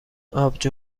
آبجو